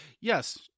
Yes